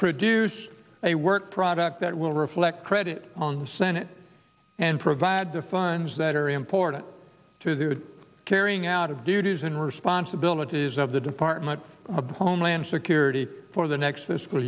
produce a work product that will reflect credit on the senate and provide the funds that are important to the carrying out of duties and responsibilities of the department of homeland security for the next the school